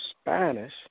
Spanish